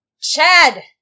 Chad